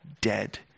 dead